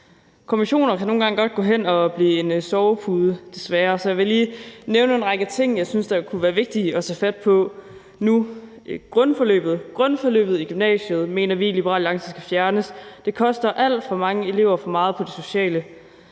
Kommissioner kan godt nogle gange gå hen at blive en sovepude, desværre, så jeg vil lige nævne en række ting, som jeg synes kunne være vigtige at tage fat på nu. Grundforløbet i gymnasiet mener vi i Liberal Alliance skal fjernes. Det koster alt for mange elever for meget på det sociale